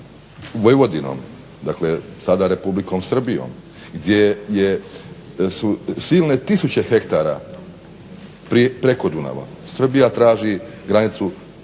Vojvodinom, dakle sada Republikom Srbijom gdje su silne tisuće hektara preko Dunava. Srbija traži granicu polovicom